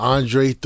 Andre